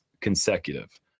consecutive